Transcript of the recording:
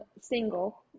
single